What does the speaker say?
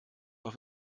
auf